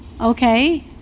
Okay